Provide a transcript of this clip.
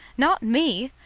not me!